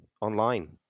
online